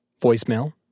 voicemail